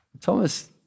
Thomas